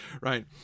right